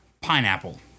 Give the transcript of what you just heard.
pineapple